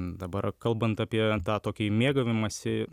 dabar kalbant apie tą tokį mėgavimąsi